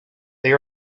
they